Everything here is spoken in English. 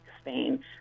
Spain